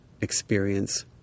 experience